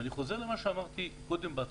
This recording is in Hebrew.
ואני חוזר למה שאמרתי בהתחלה.